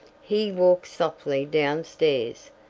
he walked softly down stairs,